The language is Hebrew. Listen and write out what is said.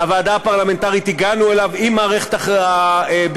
הפרלמנטרית הגענו אליו עם מערכת הביטחון,